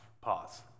Pause